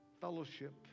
fellowship